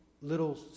little